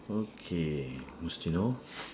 okay whose turn now